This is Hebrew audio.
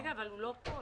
רגע, אבל הוא לא פה.